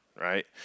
right